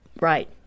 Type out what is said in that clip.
Right